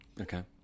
Okay